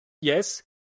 Yes